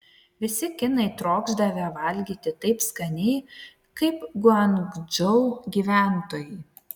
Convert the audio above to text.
visi kinai trokšdavę valgyti taip skaniai kaip guangdžou gyventojai